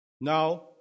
Now